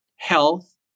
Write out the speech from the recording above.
Health